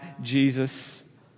Jesus